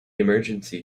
emergency